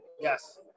yes